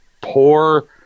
poor